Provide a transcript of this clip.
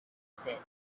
said